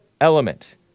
element